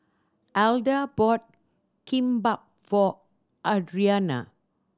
Alda bought Kimbap for Adrianna